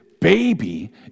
baby